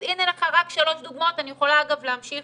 אז הנה לך רק שלוש דוגמאות, אני יכולה אגב להמשיך